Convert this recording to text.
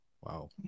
Wow